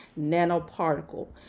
nanoparticle